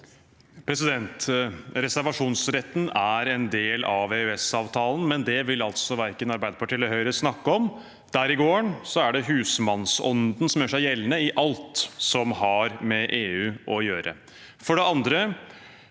Reservasjonsretten er en del av EØS-avtalen, men det vil altså verken Arbeiderpartiet eller Høyre snakke om. Der i gården er det husmannsånden som gjør seg gjeldende i alt som har med EU å gjøre. For det andre: